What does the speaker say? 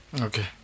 okay